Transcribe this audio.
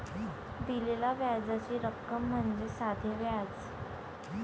दिलेल्या व्याजाची रक्कम म्हणजे साधे व्याज